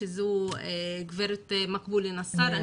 שזו הגברת מקבולה אל-נסאר,